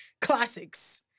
classics